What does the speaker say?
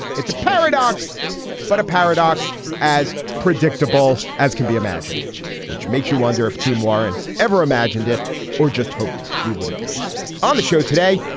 it's a paradox but a paradox as predictable as can be imagined which makes you wonder if team warren ever imagined it or just hoped we wouldn't notice on the show today.